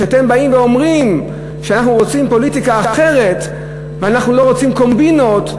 שאתם באים ואומרים אנחנו רוצים פוליטיקה אחרת ואנחנו לא רוצים קומבינות,